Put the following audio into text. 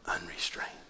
unrestrained